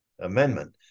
Amendment